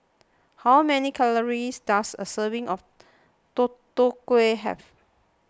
how many calories does a serving of Tutu Kueh have